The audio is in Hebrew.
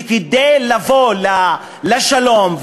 וכדי לבוא לשלום,